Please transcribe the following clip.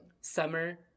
summer